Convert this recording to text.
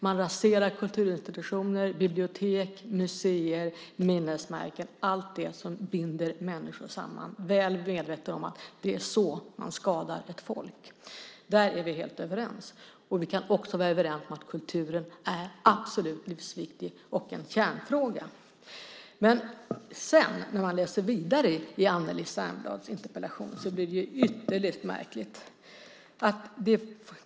Man raserar kulturinstitutioner, bibliotek, museer och minnesmärken - allt det som binder människor samman - väl medveten om att det är så man skadar ett folk. Där är vi helt överens. Vi kan också vara överens om att kulturen är absolut livsviktig, och en kärnfråga. Men när man sedan läser vidare i Anneli Särnblads interpellation blir det ytterligt märkligt.